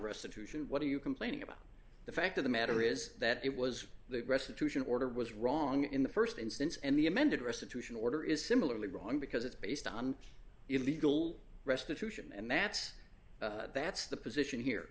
restitution what are you complaining about the fact of the matter is that it was the aggressor in order was wrong in the st instance and the amended restitution order is similarly wrong because it's based on illegal restitution and that's that's the position